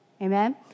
Amen